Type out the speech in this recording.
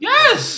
Yes